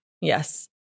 Yes